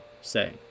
say